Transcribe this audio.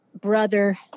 brother